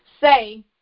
say